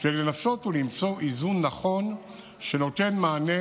כדי לנסות למצוא איזון נכון שנותן מענה